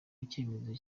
icyemezo